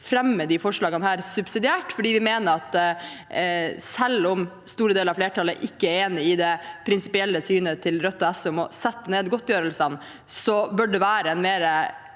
fremmer disse forslagene subsidiært, for vi mener at selv om store deler av flertallet ikke er enig i det prinsipielle synet til Rødt og SV om å sette ned godtgjørelsene, bør det være mer